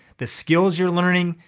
the skills you're learning,